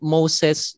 Moses